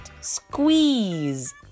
squeeze